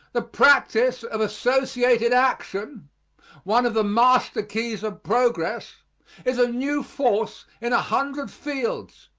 the practise of associated action one of the master keys of progress is a new force in a hundred fields,